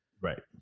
right